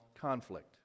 conflict